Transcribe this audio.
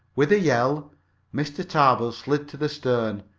with a yell mr. tarbill slid to the stern,